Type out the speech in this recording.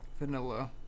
Vanilla